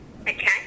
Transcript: Okay